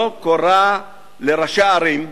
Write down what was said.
לא קוראת לראשי הערים,